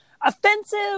offensive